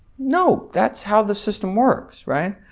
no, that's how the system works, right?